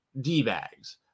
d-bags